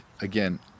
again